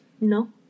No